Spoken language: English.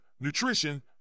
nutrition